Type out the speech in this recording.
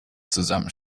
zusammen